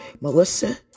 Melissa